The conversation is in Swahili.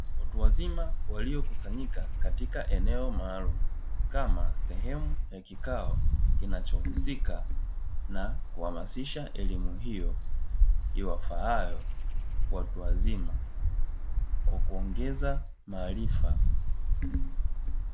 Watu wazima waliokusanyika katika eneo maalumu, kama sehemu ya kikao kinachohusika na kuhamasisha elimu hiyo, iwafaayo watu wazima kwa kuongeza maarifa.